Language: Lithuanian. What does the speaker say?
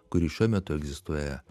kuri šiuo metu egzistuoja